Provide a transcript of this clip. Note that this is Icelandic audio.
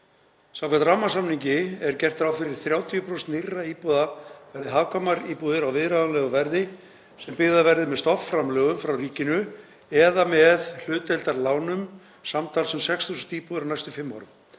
Samkvæmt rammasamningi er gert ráð fyrir að 30% nýrra íbúða verði hagkvæmar íbúðir á viðráðanlegu verði sem byggðar verði með stofnframlögum frá ríkinu eða með hlutdeildarlánum, samtals um 6.000 íbúðir á næstu fimm árum.